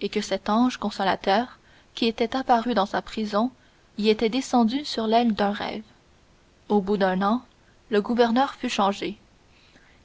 et que cet ange consolateur qui était apparu dans sa prison y était descendu sur l'aile d'un rêve au bout d'un an le gouverneur fut changé